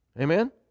Amen